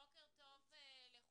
בוקר טוב לכולם.